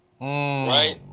Right